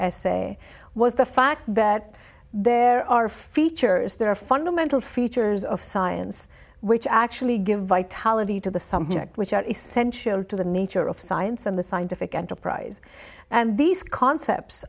essay was the fact that there are features there are fundamental features of science which actually give vitality to the subject which are essential to the nature of science and the scientific enterprise and these concepts